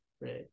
right